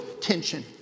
tension